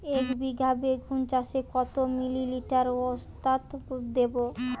একবিঘা বেগুন চাষে কত মিলি লিটার ওস্তাদ দেবো?